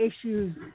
issues